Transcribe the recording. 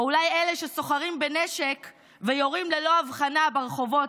או אולי אלה שסוחרים בנשק ויורים ללא הבחנה ברחובות.